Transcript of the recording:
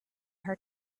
her